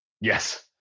Yes